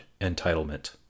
entitlement